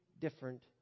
different